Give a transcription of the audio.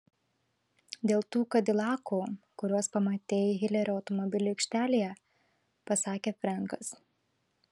dėl tų kadilakų kuriuos pamatei hilerio automobilių aikštelėje pasakė frenkas